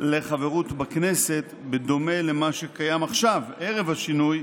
לחברות בכנסת, בדומה למה שקיים עכשיו, ערב השינוי,